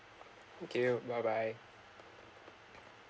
thank you bye bye